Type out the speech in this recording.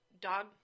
Dog